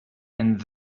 and